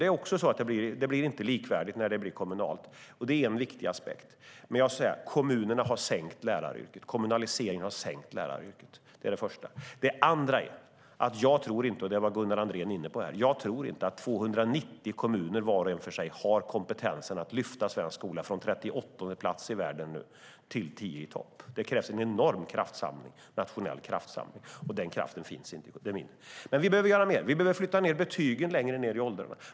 Det är också så att det inte blir likvärdigt när det blir kommunalt, och det är en viktig aspekt. Det första skälet är att kommunaliseringen har sänkt läraryrket. Det andra är, som Gunnar Andrén var inne på här, att 290 kommuner, var och en för sig, inte har kompetensen att lyfta svensk skola från 38:e plats i världen nu till topp tio. Det krävs en enorm nationell kraftsamling, och den kraften finns inte nu. Vi behöver göra mer. Vi behöver flytta betygen längre ned i åldrarna.